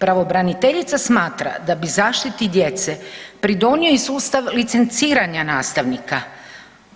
Pravobraniteljica smatra da bi zaštiti djece pridonio i sustav licenciranja nastavnika,